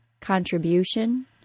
contribution